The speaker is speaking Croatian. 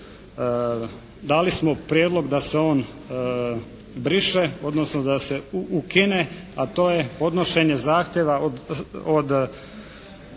dali smo prijedlog da se on briše odnosno da se ukine, a to je podnošenje zahtjeva od